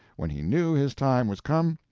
when he knew his time was come,